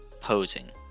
posing